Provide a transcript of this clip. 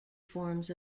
forms